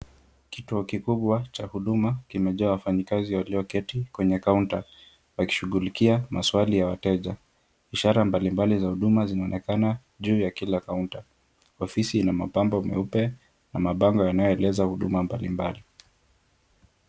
Kituo kikubwa cha Huduma kimejaa wafanyikazi walioketi kwenye kaunta, wakishughulikia maswali ya wateja. Ishara mbali mbali za huduma zinaonekana juu ya kila kaunta. Ofisi ina mapambo meupe na mabango yanayoeleza huduma mbali mbali.